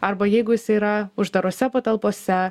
arba jeigu jisai yra uždarose patalpose